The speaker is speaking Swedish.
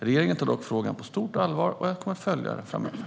Regeringen tar dock frågan på stort allvar, och jag kommer att följa den framöver.